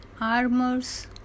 armors